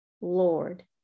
lord